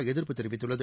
எதிர்ப்பு தெரிவித்துள்ளது